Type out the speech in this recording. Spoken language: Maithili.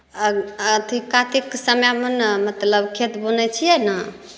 अग अथी कातिक समयमे ने मतलब खेत बुनै छियै ने